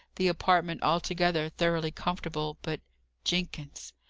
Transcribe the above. the apartment altogether thoroughly comfortable. but jenkins!